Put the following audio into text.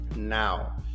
Now